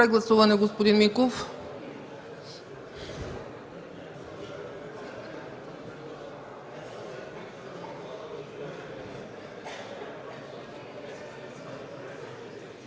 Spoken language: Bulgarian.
Прегласуване – господин Миков.